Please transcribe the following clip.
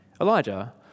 Elijah